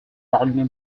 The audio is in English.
gardiner